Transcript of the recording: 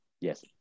yes